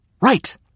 right